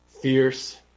Fierce